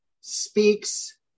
speaks